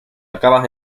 acaba